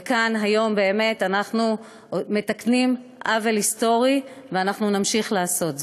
וכאן היום באמת אנחנו מתקנים עוול היסטורי ונמשיך לעשות זאת.